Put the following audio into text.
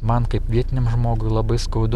man kaip vietiniam žmogui labai skaudu